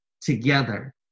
together